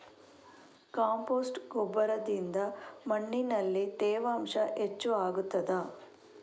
Compost ಗೊಬ್ಬರದಿಂದ ಮಣ್ಣಿನಲ್ಲಿ ತೇವಾಂಶ ಹೆಚ್ಚು ಆಗುತ್ತದಾ?